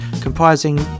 comprising